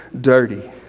dirty